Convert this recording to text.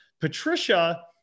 Patricia